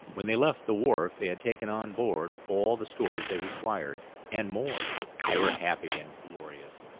when they left the wharf they had taken on board all the stores they required, and more they were happy and glorious.